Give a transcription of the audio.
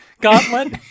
gauntlet